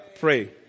Pray